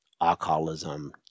Alcoholism